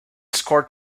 scored